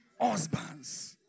husbands